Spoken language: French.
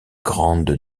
grande